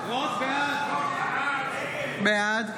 בעד --- בעד.